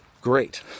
great